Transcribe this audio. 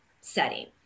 setting